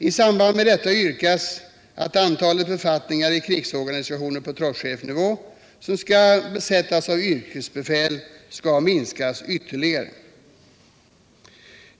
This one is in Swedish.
I samband med detta yrkas att antalet befattningar i krigsorganisationen på troppchefsnivå som skall besättas av yrkesbefäl skall minskas ytterligare.